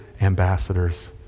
ambassadors